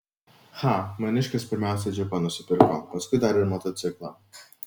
cha maniškis pirmiausia džipą nusipirko paskui dar ir motociklą